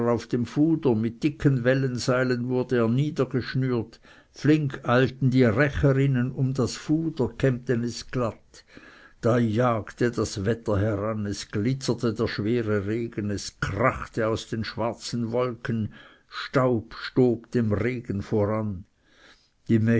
dem fuder mit dicken wellenseilen wurde er niedergeschnürt flink eilten die recherinnen um das fuder kämmten es glatt da jagte das wetter heran es glitzerte der schwere regen es krachte aus den schwarzen wolken staub stob weit dem regen voran